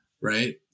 right